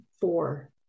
four